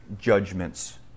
judgments